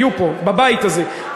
היו פה בבית הזה,